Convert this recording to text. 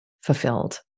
fulfilled